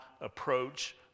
approach